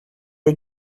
les